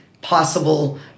possible